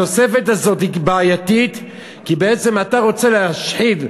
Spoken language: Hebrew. התוספת הזאת היא בעייתית כי בעצם אתה רוצה להשחיל,